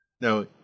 Now